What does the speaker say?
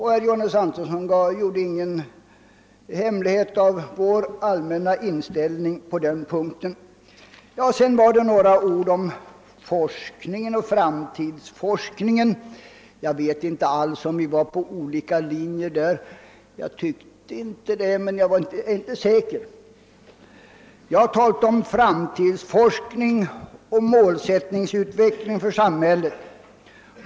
Herr Antonsson gjorde då ingen hemlighet av vår allmänna inställning på denna punkt. Sedan yttrades några ord om den framtida forskningen. Jag vet inte om vi därvidlag intog olika ståndpunkter. Jag tyckte inte att så var fallet, men jag är inte riktigt säker. Jag har talat om framtidsforskningen och samhällets målsättning.